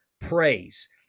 praise